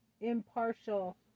impartial